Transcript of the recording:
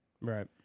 Right